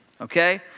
Okay